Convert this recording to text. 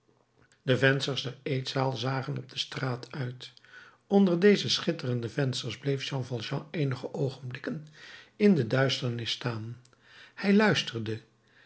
de vensters der eetzaal zagen op de straat uit onder deze schitterende vensters bleef jean valjean eenige oogenblikken in de duisternis staan hij luisterde